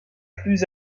plus